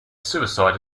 suicide